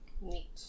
Neat